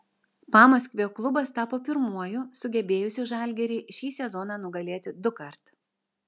pamaskvio klubas tapo pirmuoju sugebėjusiu žalgirį šį sezoną nugalėti dukart